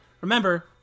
Remember